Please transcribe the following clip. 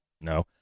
No